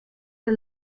der